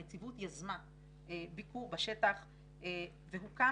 הנציבות יזמה ביקור בשטח והוקם,